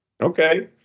Okay